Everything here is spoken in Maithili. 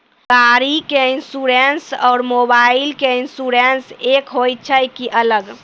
गाड़ी के इंश्योरेंस और मोबाइल के इंश्योरेंस एक होय छै कि अलग?